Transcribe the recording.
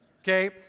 Okay